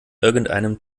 irgendeinem